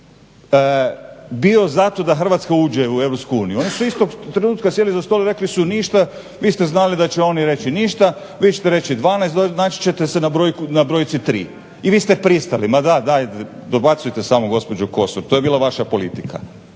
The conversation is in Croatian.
bio za to da Hrvatska uđe u EU. Oni su istog trenutka sjeli za stol i rekli su ništa. Vi ste znali da će oni reći ništa. Vi ćete reći 12, naći ćete se na brojci 3. I vi ste pristali? Ma dajte, dobacujte samo gospođo Kosor. To je bila vaša politika